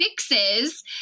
fixes